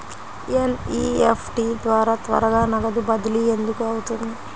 NEFT ద్వారా త్వరగా నగదు బదిలీ ఎందుకు అవుతుంది?